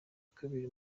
kabiri